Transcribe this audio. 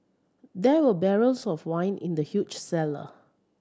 there were barrels of wine in the huge cellar